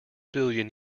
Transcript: billion